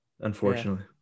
unfortunately